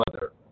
mother